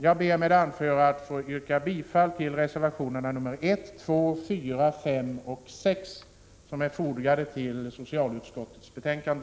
Jag ber med det anförda att få yrka bifall till reservationerna 1, 2,4, 5 och 6 som är fogade till socialutskottets betänkande.